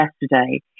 yesterday